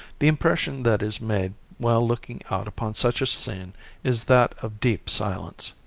the impression that is made while looking out upon such a scene is that of deep silence.